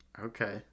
Okay